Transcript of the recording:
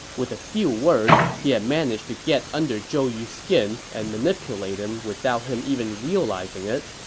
with a few words, he had managed to get under zhou yu's skin and manipulate him without him even realizing it.